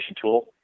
tool